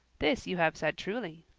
this you have said truly.